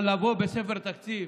אבל לבוא בספר התקציב